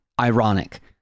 ironic